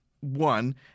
one